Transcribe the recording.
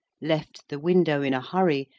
left the window in a hurry,